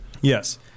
Yes